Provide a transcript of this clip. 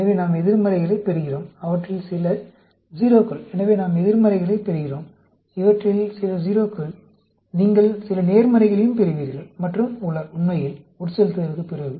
எனவே நாம் எதிர்மறைகளைப் பெறுகிறோம் அவற்றில் சில 0 க்கள் எனவே நாம் எதிர்மறைகளைப் பெறுகிறோம் அவற்றில் சில 0 க்கள் நீங்கள் சில நேர்மறைகளையும் பெறுவீர்கள் மற்றும் பல உண்மையில் உட்செலுத்தலுக்குப் பிறகு